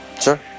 Sure